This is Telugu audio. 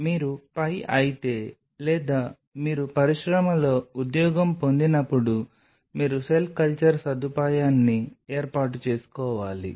కాబట్టి మీరు పై అయితే లేదా మీరు పరిశ్రమలో ఉద్యోగం పొందినప్పుడు మీరు సెల్ కల్చర్ సదుపాయాన్ని ఏర్పాటు చేసుకోవాలి